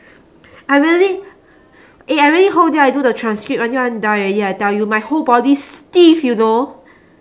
I really eh I really whole day I do the transcript until I want die already I tell you my whole body stiff you know